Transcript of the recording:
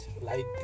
light